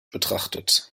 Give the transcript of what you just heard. betrachtet